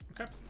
Okay